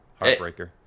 Heartbreaker